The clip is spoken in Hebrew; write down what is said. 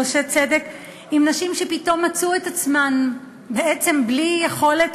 הוא עושה צדק עם נשים שפתאום מצאו את עצמן בלי יכולת